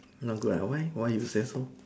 not good uh why why you say so